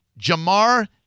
Jamar